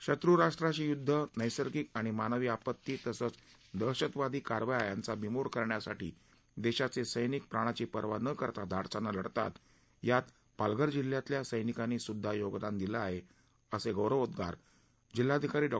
शत्र्राष्ट्राशी युद्ध नैसर्गिक आणि मानवी आपत्ती तसंच दहशतवादी कारवाया यांचा बीमोड करण्यासाठी देशाचे सैनिक प्राणाची पर्वा न करता धाडसानं लढतात यात पालघर जिल्ह्यातल्या सैनिकांनी सुद्धा योगदान दिलं आहे असं गौरवोद्वार जिल्हाधिकारी डॉ